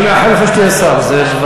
אני מאחל לך שתהיה שר.